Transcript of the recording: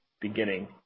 beginning